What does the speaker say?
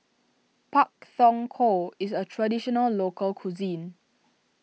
Pak Thong Ko is a Traditional Local Cuisine